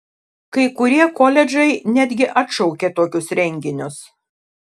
kai kurie koledžai netgi atšaukė tokius renginius